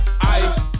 ice